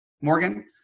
Morgan